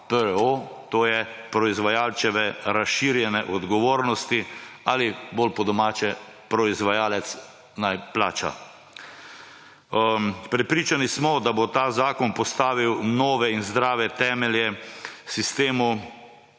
to je proizvajalčeve razširjene odgovornosti ali bolj po domače, proizvajalec naj plača. Prepričani smo, da bo ta zakon postavil nove in zdrave temelje sistemu